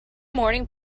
morning